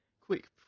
quick